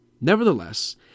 Nevertheless